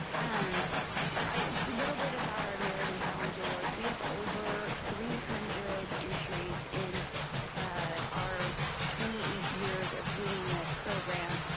um little bit about our merit and challenge awards. we have over three hundred entries in ah our twenty eight years of doing this program,